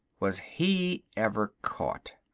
was he ever caught.